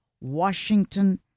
Washington